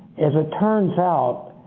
as it turns out,